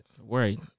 Right